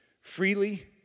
Freely